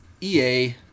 EA